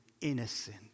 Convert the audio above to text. innocent